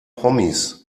promis